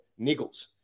niggles